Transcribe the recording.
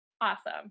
Awesome